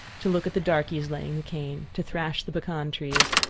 to look at the darkies laying the cane, to thrash the pecan trees,